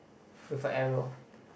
with a arrow